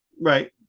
Right